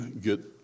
get